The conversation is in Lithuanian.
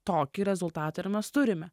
tokį rezultatą ir mes turime